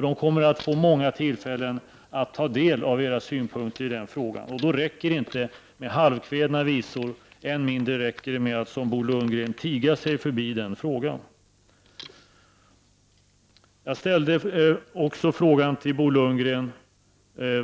De kommer att få många tillfällen att ta del av era synpunkter i den frågan, och då räcker det inte med halvkvädna visor. Än mindre räcker det med att - som Bo Lundgren - tiga sig förbi den frågan. Jag frågade också Bo Lundgren